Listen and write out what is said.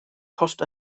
cost